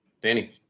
Danny